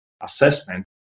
assessment